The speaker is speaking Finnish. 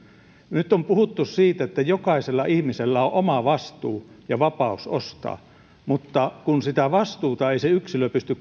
nyt on puhuttu siitä että jokaisella ihmisellä on oma vastuu ja vapaus ostaa mutta kun sitä vastuuta ei se yksilö pysty